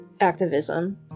activism